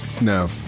No